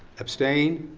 abstain?